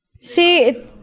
See